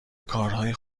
کارهای